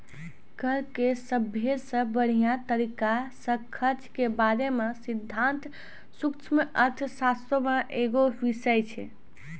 कर के सभ्भे से बढ़िया तरिका से खर्च के बारे मे सिद्धांत सूक्ष्म अर्थशास्त्रो मे एगो बिषय छै